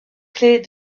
clés